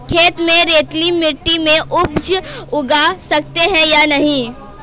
खेत में रेतीली मिटी में उपज उगा सकते हैं या नहीं?